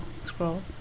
scroll